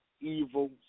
evil